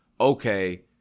okay